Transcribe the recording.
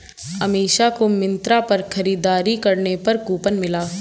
अमीषा को मिंत्रा पर खरीदारी करने पर कूपन मिला